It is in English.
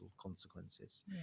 consequences